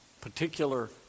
particular